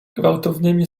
gwałtownymi